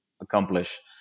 accomplish